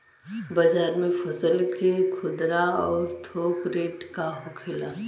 बाजार में फसल के खुदरा और थोक रेट का होखेला?